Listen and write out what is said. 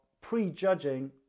prejudging